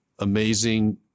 amazing